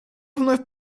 вновь